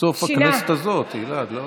סוף הכנסת הזאת, גלעד.